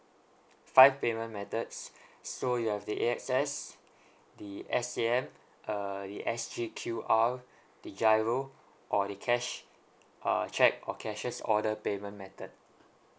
five payment methods so you have the A_X_S the S_A_M uh the S_G_Q_R the GIRO or the cash uh cheque or cashier's order payment method